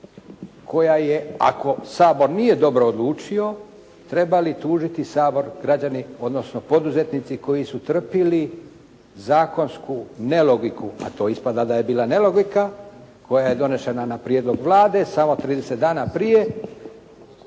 koja je, ako Sabor nije dobro odlučio, trebali tužiti Sabor građani odnosno poduzetnici koji su trpjeli zakonsku nelogiku, a to ispada da je bila nelogika koja je donošenja na prijedlog Vlade samo 30 dana prije